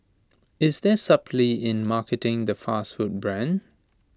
is there subtlety in marketing the fast food brand